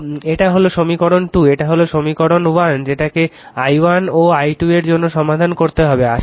তো এটা হলো সমীকরণ 2 এটা হলো সমীকরণ 1 যেটাকে i1 ও i2 এর জন্য সমাধান করতে হবে